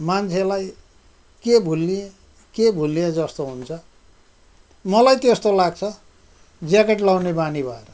मान्छेलाई के भुल्लिएँ के भुल्लिएँ जस्तो हुन्छ मलाई त्यस्तो लाग्छ ज्याकेट लाउने बानी भएर